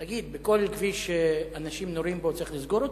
תגיד, כל כביש שאנשים נורים בו צריך לסגור אותו?